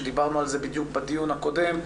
שדיברנו על זה בדיוק בדיון הקודם,